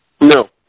No